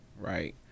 Right